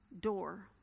door